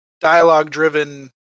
dialogue-driven